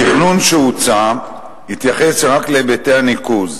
התכנון שהוצע התייחס רק להיבטי הניקוז,